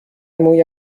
موی